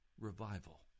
revival